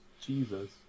Jesus